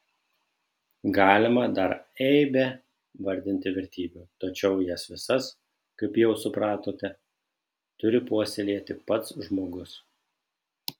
galima dar eibę vardinti vertybių tačiau jas visas kaip jau supratote turi puoselėti pats žmogus